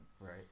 right